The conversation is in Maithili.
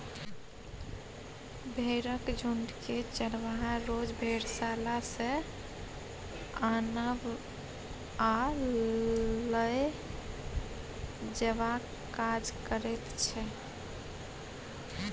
भेंड़क झुण्डकेँ चरवाहा रोज भेड़शाला सँ आनब आ लए जेबाक काज करैत छै